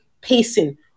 pacing